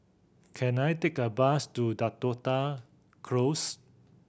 can I take a bus to Dakota Close